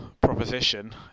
proposition